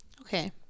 Okay